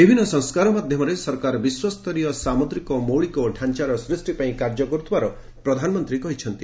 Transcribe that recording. ବିଭିନ୍ନ ସଂସ୍କାର ମାଧ୍ୟମରେ ସରକାର ବିଶ୍ୱସ୍ତରୀୟ ସାମୁଦ୍ରିକ ମୌଳିକ ଢାଞାର ସୃଷ୍ଟି ପାଇଁ କାର୍ଯ୍ୟ କରୁଥିବାର ପ୍ରଧାନମନ୍ତ୍ରୀ କହିଛନ୍ତି